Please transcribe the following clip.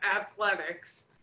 athletics